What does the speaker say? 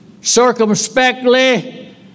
circumspectly